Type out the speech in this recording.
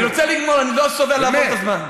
אני רוצה לגמור, אני לא סובל לעבור את הזמן.